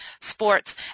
sports